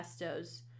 Pestos